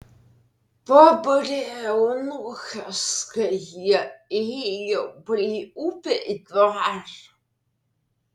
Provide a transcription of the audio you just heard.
pabarė eunuchas kai jie ėjo palei upę į dvarą